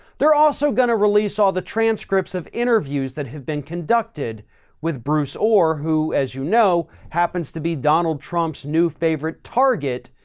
they're also going to release all the transcripts of interviews that have been conducted with bruce ohr who, as you know, happens to be donald trump's new favorite target